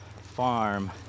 farm